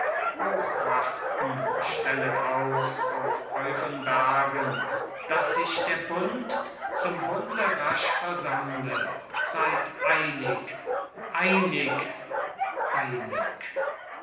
fremd hochwachten stellet aus auf euren bergen dass sich der bund zum bunde rasch versammle seid einig einig einig